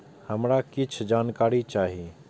हमरा कीछ जानकारी चाही